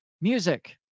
Music